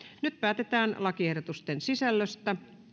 nyt päätetään lakiehdotusten sisällöstä